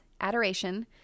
Adoration